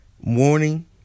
morning